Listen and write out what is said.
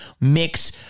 mix